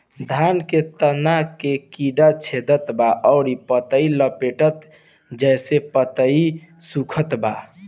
धान के तना के कीड़ा छेदत बा अउर पतई लपेटतबा जेसे पतई सूखत बा?